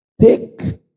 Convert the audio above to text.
Take